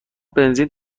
بنزین